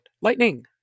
Lightning